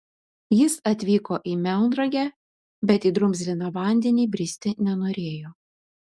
jis atvyko į melnragę bet į drumzliną vandenį bristi nenorėjo